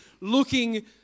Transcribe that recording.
looking